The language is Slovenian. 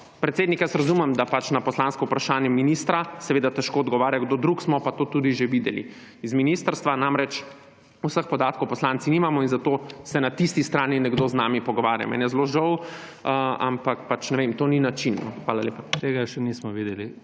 predsednik, razumem, da na poslansko vprašanje ministra seveda težko odgovarja kdo drug, smo pa to tudi že videli. Iz ministrstva namreč vseh podatkov poslanci nimamo in zato se na tisti strani nekdo z nami pogovarja. Meni je zelo žal, ampak to ni način. Hvala lepa. PREDSEDNIK IGOR